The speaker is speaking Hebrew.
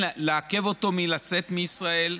לעכב את יציאתו מישראל,